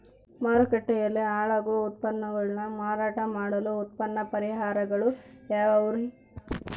ಮಾರುಕಟ್ಟೆಯಲ್ಲಿ ಹಾಳಾಗುವ ಉತ್ಪನ್ನಗಳನ್ನ ಮಾರಾಟ ಮಾಡಲು ಉತ್ತಮ ಪರಿಹಾರಗಳು ಯಾವ್ಯಾವುರಿ?